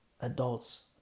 Adults